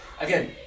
Again